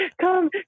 Come